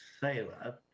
sailor